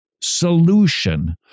solution